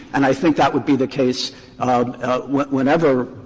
and i think that would be the case whenever